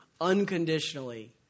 unconditionally